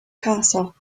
castle